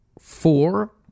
four